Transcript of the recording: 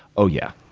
oh, yeah.